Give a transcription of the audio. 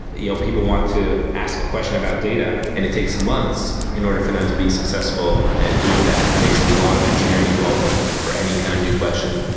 you know people want to ask a question about data and it takes months in order for them to be successful doing that and it takes a lot of engineering involvement for any kind of new question,